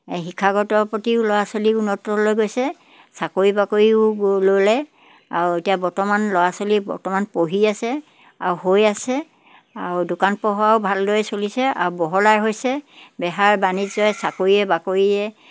শিক্ষাগতৰ প্ৰতিও ল'ৰা ছোৱালী উন্নতলৈ গৈছে চাকৰি বাকৰিও ল ল'লে আৰু এতিয়া বৰ্তমান ল'ৰা ছোৱালী বৰ্তমান পঢ়ি আছে আৰু হৈ আছে আও দোকান পোহাৰো ভালদৰে চলিছে আৰু বহলাই হৈছে বেহাৰ বাণিজ্য চাকৰিয়ে বাকৰিয়ে